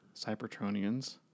Cybertronians